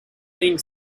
being